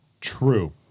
True